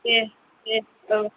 दे दे औ